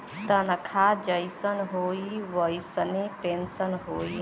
तनखा जइसन होई वइसने पेन्सन होई